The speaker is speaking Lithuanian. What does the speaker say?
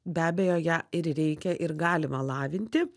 be abejo ją ir reikia ir galima lavinti